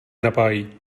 napájí